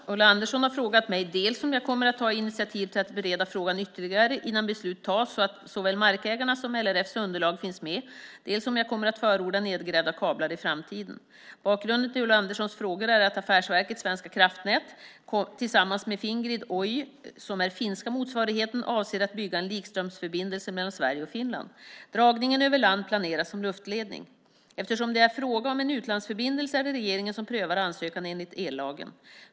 Fru talman! Ulla Andersson har frågat mig dels om jag kommer att ta initiativ till att bereda frågan ytterligare innan beslut tas så att såväl markägarnas som LRF:s underlag finns med, dels om jag kommer att förorda nedgrävda kablar i framtiden. Bakgrunden till Ulla Anderssons frågor är att Affärsverket svenska kraftnät, numera Svenska kraftnät, tillsammans med Fingrid Oyj, som är den finska motsvarigheten, avser att bygga en likströmsförbindelse mellan Sverige och Finland. Dragningen över land planeras som luftledning. Eftersom det är fråga om en utlandsförbindelse är det regeringen som prövar ansökan enligt ellagen.